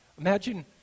Imagine